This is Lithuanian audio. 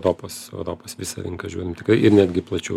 topas europos visą rinką žiūrim tikrai ir netgi plačiau